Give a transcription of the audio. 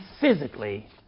physically